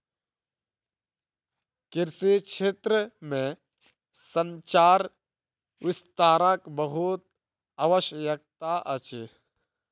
कृषि क्षेत्र में संचार विस्तारक बहुत आवश्यकता अछि